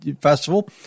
festival